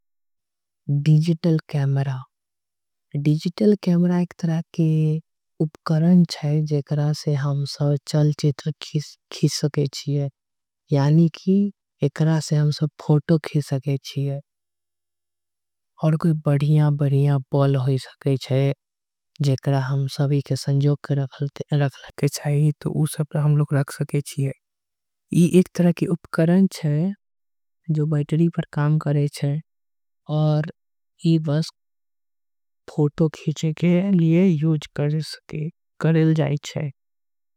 Digital camera एक तरह के उपकरण छे। यानी के एकरा से हम सब फोटो खींच। सके जाय छे आऊर बढ़िया बढ़िया पल। होखे जेकरा के सम्हाल के रखल जाय। छे ई एक तरह के उपकरण आय छे। जो बैटरी पर काम करे छे ई बस। फोटो खींचे के काम करे जाई छे।